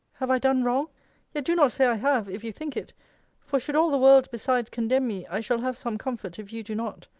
have i done wrong yet do not say i have, if you think it for should all the world besides condemn me, i shall have some comfort, if you do not.